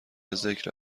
ذکر